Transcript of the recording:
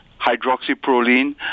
hydroxyproline